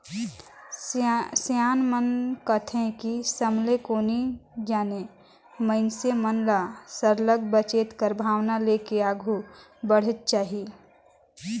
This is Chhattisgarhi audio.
सियान मन कहथें कि समे ल कोनो नी जानें मइनसे मन ल सरलग बचेत कर भावना लेके आघु बढ़नेच चाही